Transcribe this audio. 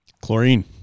Chlorine